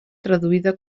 traduïda